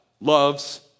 loves